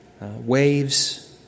waves